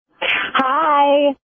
Hi